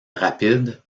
rapide